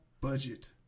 budget